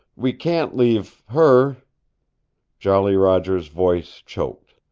we can't leave her jolly roger's voice choked.